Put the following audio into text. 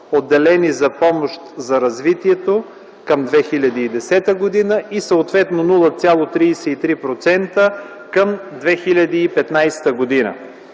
отделени за помощ за развитието към 2010 г., и съответно 0,33% към 2015 г.